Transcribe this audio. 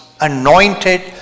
anointed